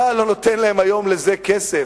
אתה לא נותן להם היום כסף לזה.